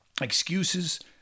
Excuses